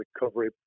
recovery